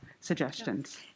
suggestions